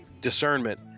discernment